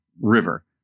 river